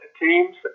teams